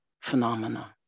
phenomena